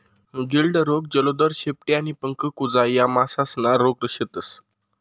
गिल्ड रोग, जलोदर, शेपटी आणि पंख कुजा या मासासना रोग शेतस